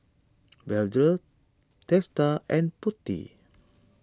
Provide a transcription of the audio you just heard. Vedre Teesta and Potti